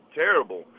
terrible